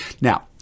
Now